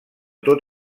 tot